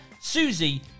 susie